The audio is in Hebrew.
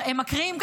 הם מקריאים,